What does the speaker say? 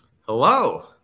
Hello